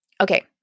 Okay